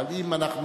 אבל אם אנחנו,